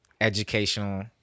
educational